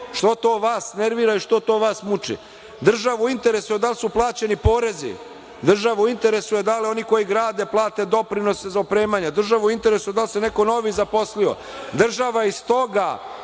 Što to vas nervira i što to vas muči? Državu interesuje da li su plaćeni porezi. Državu interesuje da li oni koji grade plate doprinose za opremanje. Državu interesuje da li se neko novi zaposlio. Država iz toga,